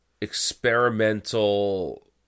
experimental